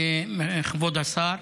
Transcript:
כבוד השר.